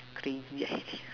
crazy idea